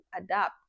adapt